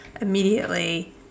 immediately